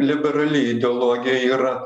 liberali ideologija yra